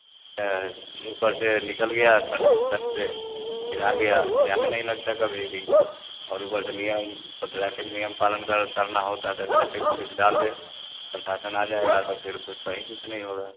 ऊपर से निकल गया सट सट से फिर आ गया जाम ही नहीं लगता कभी भी और ऊपर से नियम पर ट्रैफिक नियम पालन करना होता है तो ट्रैफिक पुलिस डाल दे प्रशासन आ जाएगा तो फिर कहीं कुछ नहीं होगा